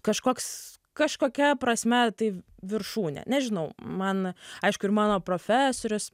kažkoks kažkokia prasme tai viršūnė nežinau man aišku ir mano profesorius